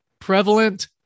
prevalent